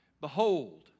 Behold